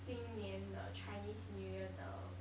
今年的 chinese new year 的